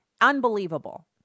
Unbelievable